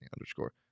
underscore